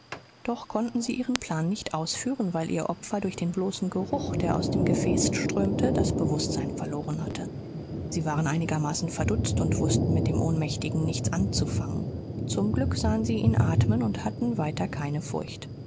doch konnten sie ihren plan nicht ausführen weil ihr opfer durch den bloßen geruch der aus dem gefäß strömte das bewußtsein verloren hatte sie waren einigermaßen verdutzt und wußten mit dem ohnmächtigen nichts anzufangen zum glück sahen sie ihn atmen und hatten weiter keine furcht